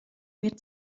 mehr